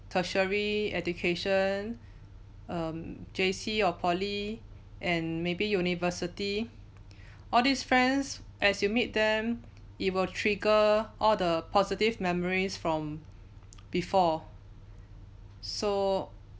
tertiary education um J_C or poly and maybe university all these friends as you meet them it will trigger all the positive memories from before so